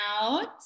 Out